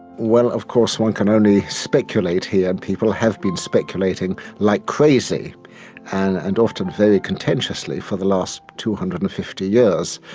well, of course one can only speculate here, and people have been speculating like crazy and and often very contentiously for the last two hundred and fifty years,